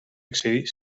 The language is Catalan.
excedir